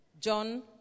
John